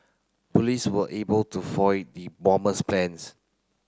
police were able to foil the bomber's plans